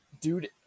dude